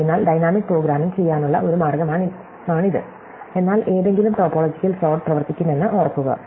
അതിനാൽ dynamic programming ചെയ്യാനുള്ള ഒരു മാർഗമാണിത് എന്നാൽ ഏതെങ്കിലും ടോപ്പോളജിക്കൽ സോർട്ട് പ്രവർത്തിക്കുമെന്ന് ഓർക്കുക